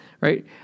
Right